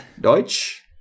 Deutsch